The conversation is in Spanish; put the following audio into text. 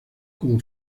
como